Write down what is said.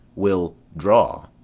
we'll draw.